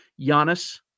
Giannis